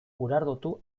urardotu